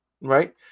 right